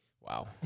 Wow